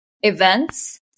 events